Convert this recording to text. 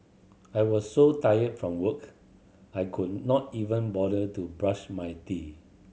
I was so tired from work I could not even bother to brush my teeth